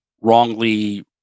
wrongly